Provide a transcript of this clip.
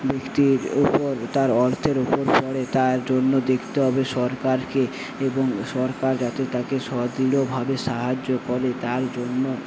ব্যক্তির ওপর তার অর্থের ওপর পড়ে তার জন্য দেখতে হবে সরকারকে এবং সরকার যাতে তাকে সদৃঢ়ভাবে সাহায্য করে তার জন্য